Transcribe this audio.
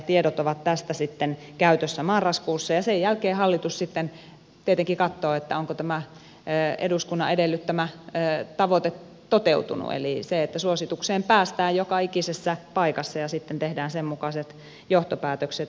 tiedot ovat tästä sitten käytössä marraskuussa ja sen jälkeen hallitus sitten tietenkin katsoo onko tämä eduskunnan edellyttämä tavoite toteutunut eli se että suositukseen päästään joka ikisessä paikassa ja sitten tehdään sen mukaiset johtopäätökset